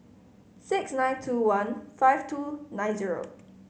six nine two one five two nine zero